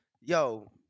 yo